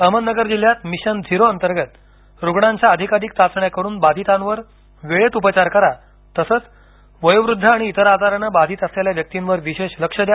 अहमदनगर जिल्ह्यात mission zero अंतर्गत रुग्णांच्या अधिकाधिक चाचण्या करून बाधितांवर वेळेत उपचार करा तसंच वयोवृद्ध आणि इतर आजाराने बाधीत असलेल्या व्यक्तीवर विशेष लक्ष द्या